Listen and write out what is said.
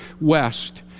west